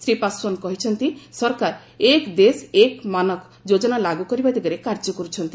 ଶ୍ରୀ ପାଶ୍ୱାନ୍ କହିଛନ୍ତି ସରକାର 'ଏକ୍ ଦେଶ ଏକ୍ ମାନକ' ଯୋଜନା ଲାଗୁ କରିବା ଦିଗରେ କାର୍ଯ୍ୟ କରୁଛନ୍ତି